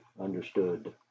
understood